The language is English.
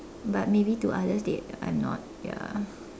but maybe to others they I'm not ya